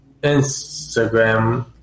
Instagram